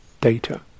data